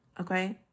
okay